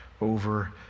over